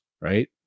right